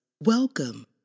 Welcome